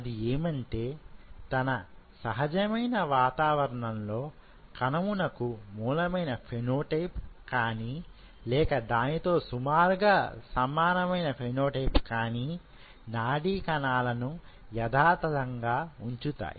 అది ఏమంటే తన సహజమైన వాతావరణంలో కణమునకు మూలమైన ఫెనో టైప్ కానీ లేక దానితో సుమారుగా సమానమైన ఫెనో టైప్కానీ నాడీ కణాలను యధాతధంగా ఉంచుతాయి